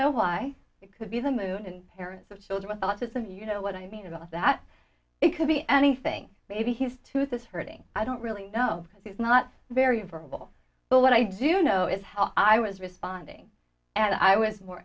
know why it could be the moon and parents of children thought system you know what i mean about that it could be anything maybe his tooth is hurting i don't really know because he's not very verbal but what i do know is how i was responding and i was more